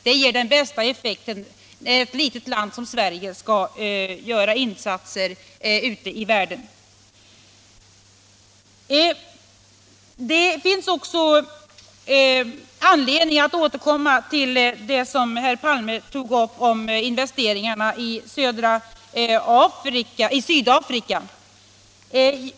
Det ger den bästa effekten, när ett litet land som Sverige skall göra insatser ute i världen. Det finns också anledning att återkomma till det som herr Palme tog upp om investeringar i Sydafrika.